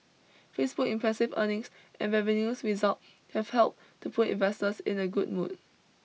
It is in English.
Facebook impressive earnings and revenues result have helped to put investors in a good mood